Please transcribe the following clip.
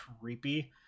creepy